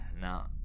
now